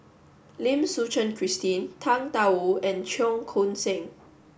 Lim Suchen Christine Tang Da Wu and Cheong Koon Seng